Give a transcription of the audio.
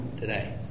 today